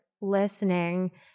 listening